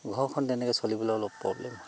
ঘৰখন তেনেকৈ চলিবলৈ অলপ প্ৰব্লেম হয়